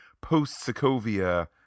post-Sokovia